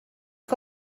que